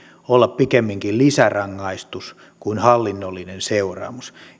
olla pikemminkin lisärangaistus kuin hallinnollinen seuraamus